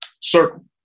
circle